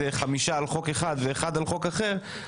שאני לא זוכר כמוה.